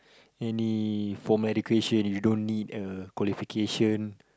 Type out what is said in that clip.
any formal education you don't need a qualification